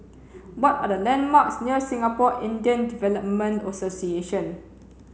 what are the landmarks near Singapore Indian Development Association